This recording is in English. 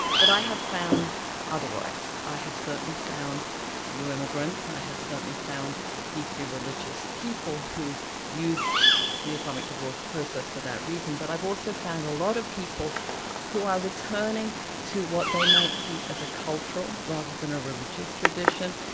but i have found otherwise. i have certainly found new immigrants, i have certainly found deeply religious people who use the islamic divorce process for that reason, but i've also found a lot of people who are returning to what they might see as a cultural, rather than a religious tradition,